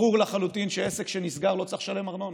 ברור לחלוטין שעסק שנסגר לא צריך לשלם ארנונה,